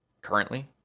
currently